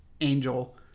Angel